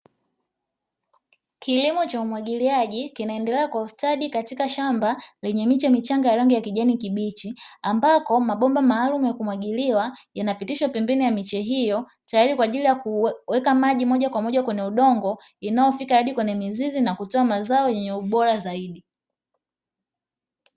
Kilimo cha umwagiliaji kinaendelea kwa ustadi katika shamba, lenye miche michanga ya rangi ya kijani kibichi, ambapo kuna mabomba maalumu ya kumwagilia, yanayopitishwa pembeni ya miche hiyo tayari kwa ajili ya kuweka maji moja kwa moja kwenye udogo, yanayofika hadi kwenye mizizi na kutoa mazao yenye ubora zaidi.